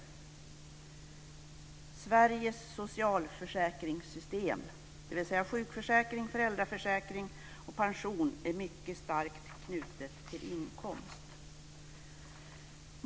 Det gäller Sveriges socialförsäkringssystem. Sjukförsäkring, föräldraförsäkring och pensioner är mycket starkt knutna till inkomst.